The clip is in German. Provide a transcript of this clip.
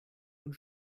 und